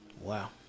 Wow